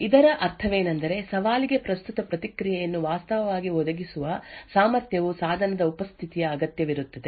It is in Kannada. ಇದರ ಅರ್ಥವೇನೆಂದರೆ ಸವಾಲಿಗೆ ಪ್ರಸ್ತುತ ಪ್ರತಿಕ್ರಿಯೆಯನ್ನು ವಾಸ್ತವವಾಗಿ ಒದಗಿಸುವ ಸಾಮರ್ಥ್ಯವು ಸಾಧನದ ಉಪಸ್ಥಿತಿಯ ಅಗತ್ಯವಿರುತ್ತದೆ